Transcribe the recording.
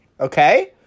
okay